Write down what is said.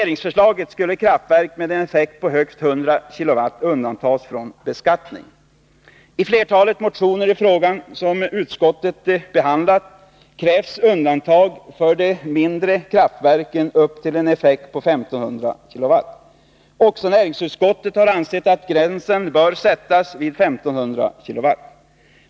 I flertalet motioner i frågan som utskottet behandlat krävs undantag för de mindre kraftverken upp till en effekt av 1500 kilowatt. Också näringsutskottet har ansett att gränsen bör sättas vid 1 500 kilowatt.